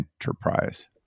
enterprise